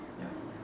ya